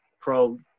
pro